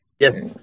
Yes